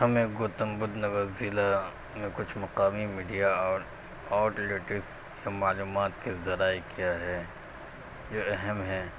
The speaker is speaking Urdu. ہمیں گوتم بدھ نگر ضلع میں کچھ مقامی میڈیا اور آؤٹ لیٹس کے معلومات کے ذرائع کیا ہے یہ اہم ہیں